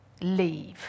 leave